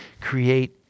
create